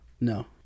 No